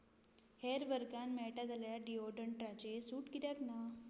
हेर वर्गांत मेळटा जाल्यार डिओड्रण्टाचेर सूट कित्याक ना